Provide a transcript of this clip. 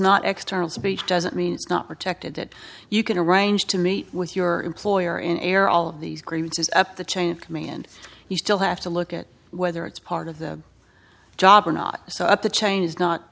not external speech doesn't mean it's not protected you can arrange to meet with your employer in error all these grievances up the chain of command he still have to look at whether it's part of the job or not so at the chain is not